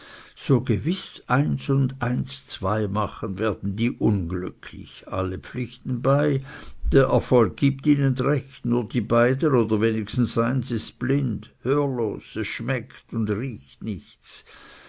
so gewiß eins und eins zwei machen werden die unglücklich alle pflichten bei der erfolg gibt ihnen recht nur die beiden oder wenigstens eins ist blind hörlos es schmeckt und riecht nichts